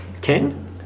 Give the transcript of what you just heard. Ten